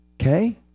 Okay